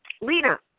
Lena